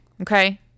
Okay